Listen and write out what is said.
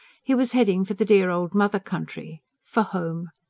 he was heading for the dear old mother country for home.